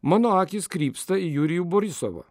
mano akys krypsta į jurijų borisovą